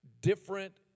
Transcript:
different